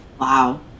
Wow